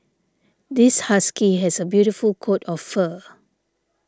this husky has a beautiful coat of fur